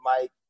Mike